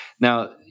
Now